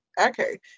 Okay